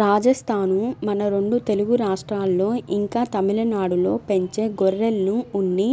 రాజస్థానూ, మన రెండు తెలుగు రాష్ట్రాల్లో, ఇంకా తమిళనాడులో పెంచే గొర్రెలను ఉన్ని,